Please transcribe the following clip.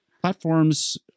platforms